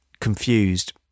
confused